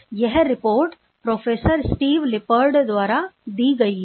यह report professor Steve Lippard द्वारा दी गई है